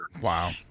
Wow